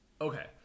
Okay